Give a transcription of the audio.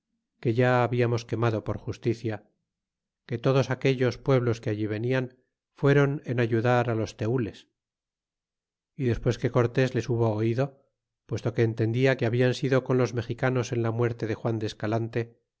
que ya hablamos quemado por justicia que todos aquellos pueblos que allí venían fuéron en ayudará los tenles y despues que cortes les hubo oido puesto que entendia que habian sido con los mexicanos en la muerte de juan de escalante